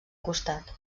costat